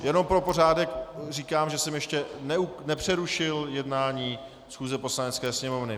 Jenom pro pořádek říkám, že jsem ještě nepřerušil jednání schůze Poslanecké sněmovny.